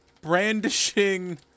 Brandishing